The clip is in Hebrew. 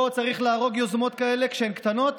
פה צריך להרוג יוזמות כאלה כשהן קטנות